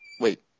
Wait